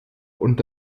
und